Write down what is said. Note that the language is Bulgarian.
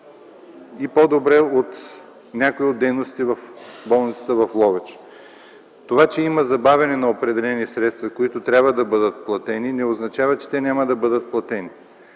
и по-добре по някои от дейностите от болницата в Ловеч. Това, че има забавяне на определени средства, които трябва да бъдат платени, не означава, че те няма да бъдат платени.